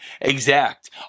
exact